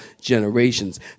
generations